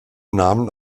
nahmen